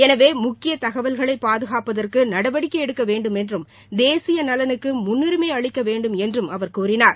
எனவே முக்கிய தகவல்களை பாதுகாப்பதற்கு நடவடிக்கை எடுக்கவேண்டும் என்றும் தேசிய நலனுக்கு முன்னுரிமை அளிக்கவேண்டும் என்றும் அவர் கூறினார்